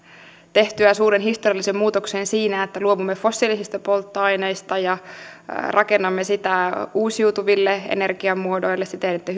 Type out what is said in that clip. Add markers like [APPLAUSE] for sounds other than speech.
tehtyä sen suuren historiallisen muutoksen että luovumme fossiilisista polttoaineista ja rakennamme uusiutuville energiamuodoille siten että [UNINTELLIGIBLE]